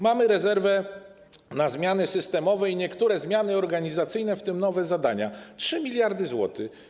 Mamy rezerwę na zmiany systemowe i niektóre zmiany organizacyjne, w tym nowe zadania - 3 mld zł.